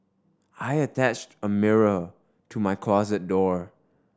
I attached a mirror to my closet door